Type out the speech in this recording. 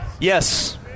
Yes